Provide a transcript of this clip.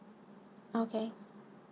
okay